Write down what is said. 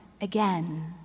again